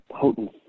potent